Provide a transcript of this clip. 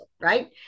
right